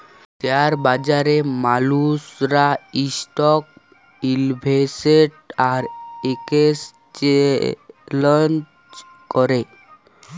share বাজারে মালুসরা stock invest আর একেসচেলজ ক্যরে